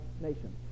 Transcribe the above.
nation